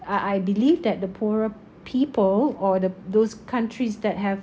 uh I believe that the poorer people or the those countries that have